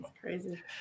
Crazy